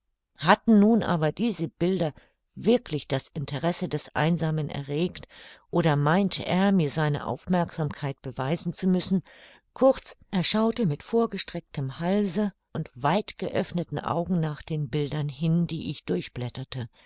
hatten nun aber diese bilder wirklich das interesse des einsamen erregt oder meinte er mir seine aufmerksamkeit beweisen zu müssen kurz er schaute mit vorgestrecktem halse und weit geöffneten augen nach den bildern hin die ich durchblätterte